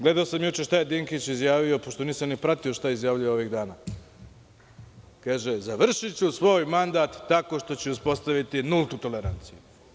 Gledao sam juče šta je Dinkić izjavio, pošto nisam ni pratio šta je izjavljivao ovih dana, kaže – završiću svoj mandat tako što ću uspostaviti nultu toleranciju.